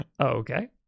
Okay